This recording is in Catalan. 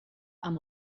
amb